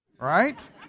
right